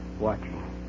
watching